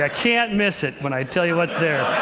ah can't miss it when i tell you what's there.